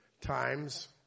times